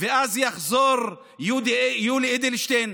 ואז יחזור יולי אדלשטיין?